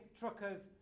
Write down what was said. truckers